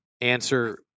answer